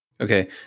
Okay